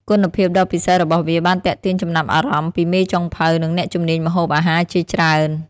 គុណភាពដ៏ពិសេសរបស់វាបានទាក់ទាញចំណាប់អារម្មណ៍ពីមេចុងភៅនិងអ្នកជំនាញម្ហូបអាហារជាច្រើន។